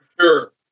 sure